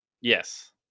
Yes